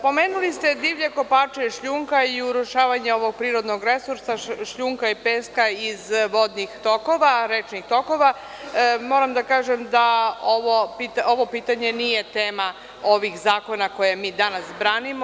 Pomenuli ste divlje kopače šljunka i urušavanje ovog prirodnog resursa šljunka i peska iz vodnih tokova, rečnih tokova, moram da kažem da ovo pitanje nije tema ovih zakona koje mi danas branimo.